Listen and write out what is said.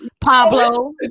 Pablo